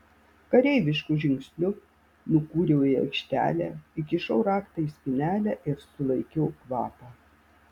kareivišku žingsniu nukūriau į aikštelę įkišau raktą į spynelę ir sulaikiau kvapą